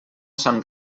sant